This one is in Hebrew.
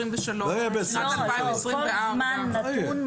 בכל זמן נתון,